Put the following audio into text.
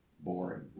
boring